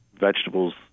vegetables